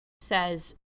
says